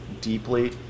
deeply